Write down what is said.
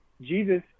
Jesus